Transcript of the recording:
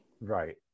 Right